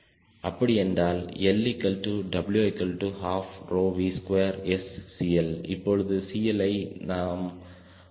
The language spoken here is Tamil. அப்படி என்றால் LW12V2SCL இப்பொழுது CL ஐ நாம் மாறாத அளவாக வைத்தோம்